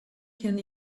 can